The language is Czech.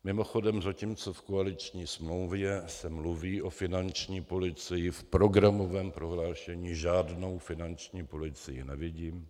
Mimochodem, zatímco v koaliční smlouvě se mluví o finanční policii, v programovém prohlášení žádnou finanční policii nevidím.